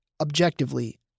objectively